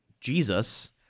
Jesus